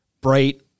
bright